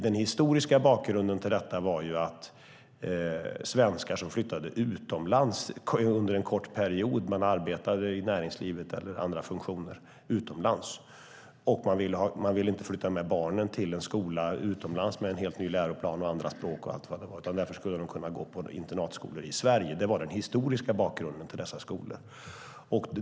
Den historiska bakgrunden till detta var att svenskar som flyttade utomlands under en kort period i samband med arbete utomlands i näringslivet eller i andra funktioner inte ville flytta med barnen till en helt ny skola utomlands med en helt ny läroplan, andra språk och så vidare. Därför skulle de kunna gå på internatskolor i Sverige. Det var den historiska bakgrunden till dessa skolor.